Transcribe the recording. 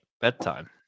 Bedtime